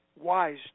wise